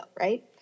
right